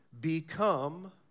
become